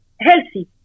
healthy